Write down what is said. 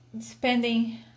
spending